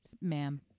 Ma'am